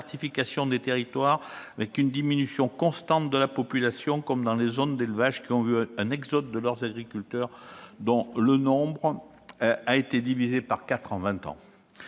des territoires, avec une diminution constante de la population, comme dans les zones d'élevage, lesquelles ont connu un exode de leurs agriculteurs, dont le nombre a été divisé par quatre en